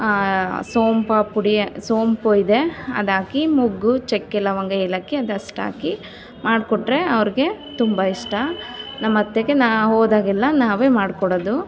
ಸೋನ್ ಪಾಪುಡಿ ಸೋಂಪು ಇದೆ ಅದು ಹಾಕಿ ಮೊಗ್ಗು ಚಕ್ಕೆ ಲವಂಗ ಏಲಕ್ಕಿ ಅದಷ್ಟು ಹಾಕಿ ಮಾಡಿಕೊಟ್ರೆ ಅವ್ರಿಗೆ ತುಂಬ ಇಷ್ಟ ನಮತ್ತೆಗೆ ನಾ ಹೋದಾಗೆಲ್ಲ ನಾವೇ ಮಾಡಿಕೊಡೋದು